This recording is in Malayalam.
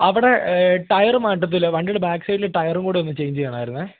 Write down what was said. അവിടെ ടയർ മാറ്റത്തില്ലേ വണ്ടിയുടെ ബാക്സൈഡിലെ ടയറും കൂടെയൊന്ന് ചേയ്ഞ്ച് ചെയ്യണമായിരുന്നേ